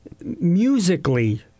musically